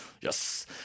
Yes